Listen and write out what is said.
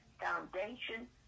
foundation